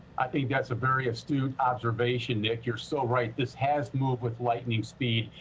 i think that's a very astute observation, nick. you are so right. this has moved with lightning speed.